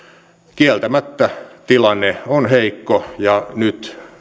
kieltämättä tilanne on heikko ja nyt